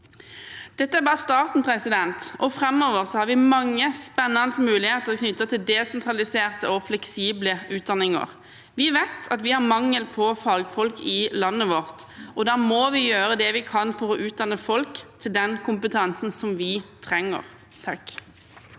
Dette er bare starten. Framover har vi mange spennende muligheter knyttet til desentraliserte og fleksible utdanninger. Vi vet at vi har mangel på fagfolk i landet vårt, og da må vi gjøre det vi kan for å utdanne folk til den kompetansen vi trenger. Terje